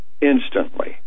instantly